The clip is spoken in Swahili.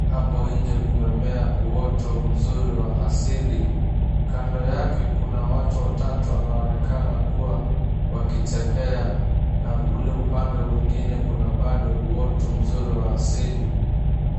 hapo nje kumemea uoto mzuri wa asili kando yake kuna watu wanaoonekana kutembea na ule upande mwingine kuna bado uoto wa asili.